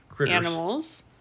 animals